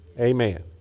Amen